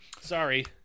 Sorry